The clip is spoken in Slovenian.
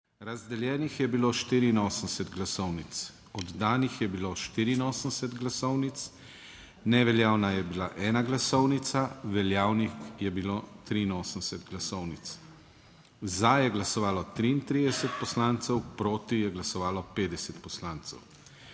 Razdeljenih je bilo 84 glasovnic, oddanih je bilo 84 glasovnic, neveljavna je bila ena glasovnica, veljavnih je bilo 83 glasovnic, za je glasovalo 33 poslancev, proti je glasovalo 50 poslancev.